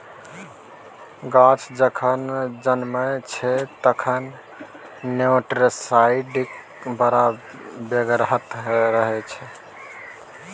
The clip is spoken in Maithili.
गाछ जखन जनमय छै तखन नेमाटीसाइड्सक बड़ बेगरता रहय छै